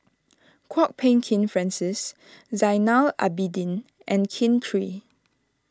Kwok Peng Kin Francis Zainal Abidin and Kin Chui